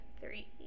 three